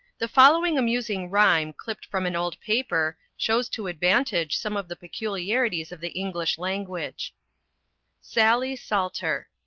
the following amusing rhyme clipped from an old paper shows to advantage some of the peculiarities of the english language sally salter.